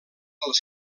dels